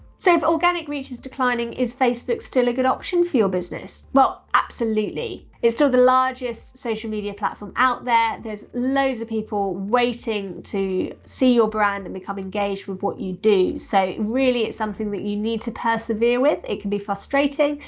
so if organic reach is declining, is facebook still a good option for your business? well, absolutely, it's still the largest social media platform out there, there's loads of people waiting to see your brand and become engaged with what you do. so really, it's something that you need to persevere with. it can be frustrating,